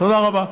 תודה רבה.